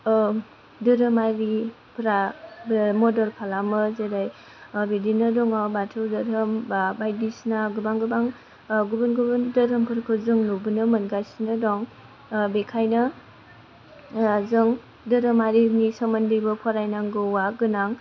धोरोमारिफ्राबो मदद खालामो जेरै बिदिनो दङ बाथौ धोरोम बा बायदिसिना गोबां गोबां गुबुन गुबुन धोरोमफोरखौ जों नुबोनो मोनगासिनो दं बेखायनो जों धोरोमारिनि सोमोन्दैबो फरायनांगौआ गोनां